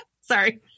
Sorry